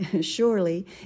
surely